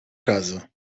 casa